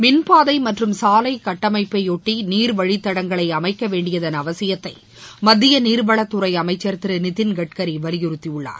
மின் பாதை மற்றும் சாலை கட்டமைப்பைபொட்டி நீர் வழித்தடங்களை அமைக்கவேண்டியதின் அவசியத்தை மத்திய நீர் வளத்துறை அமைச்சர் திரு நிதின் கட்கரி வலிபுறுத்தியுள்ளார்